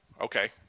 Okay